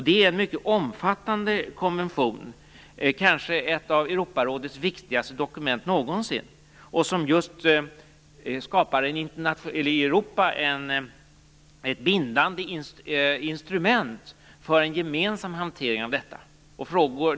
Det är en mycket omfattande konvention, kanske ett av Europarådets viktigaste dokument någonsin, som skapar ett bindande instrument i Europa för gemensam hantering av detta.